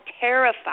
terrified